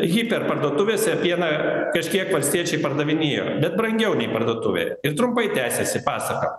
hyper parduotuvėse pieną kažkiek valstiečiai pardavinėjo bet brangiau nei parduotuvėje ir trumpai tęsėsi pasaka